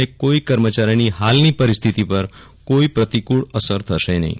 અને કોઈ કર્મચારીની ફાલની પરિસ્થિતિ પર કોઈ પ્રતિકુળ અસર થશે નહિ